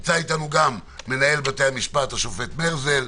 נמצא אתנו גם מנהל בתי המשפט השופט מרזל.